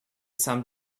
some